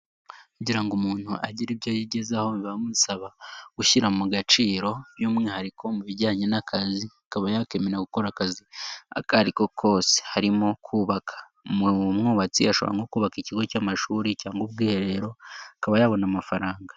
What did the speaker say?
Kugira ngo umuntu agire ibyo yigezaho bimusaba gushyira mu gaciro, by'umwihariko mu bijyanye n'akazi, akaba yakemera gukora akazi aka ari kose. Harimo kubaka. Umwubatsi ashobora nko kubaka ikigo cy'amashuri cyangwa ubwiherero, akaba yabona amafaranga.